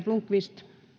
fru